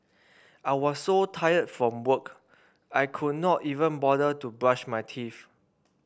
I was so tired from work I could not even bother to brush my teeth